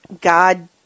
God